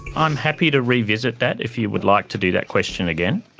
i'm happy to revisit that if you would like to do that question again.